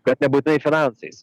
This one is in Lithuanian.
kad nebūtinai finansais